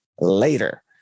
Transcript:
later